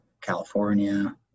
California